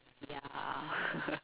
ya